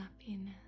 happiness